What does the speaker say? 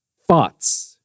Thoughts